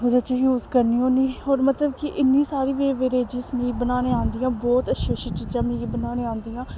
ओह्दे च यूज़ करनी होन्नी होर मतलब कि इन्नी सारी बेबरेज़स मीं बनाने आंदियां बौह्त अच्छी अच्छी चीज़ां मिगी बनाने आंदियां